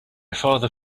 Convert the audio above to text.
father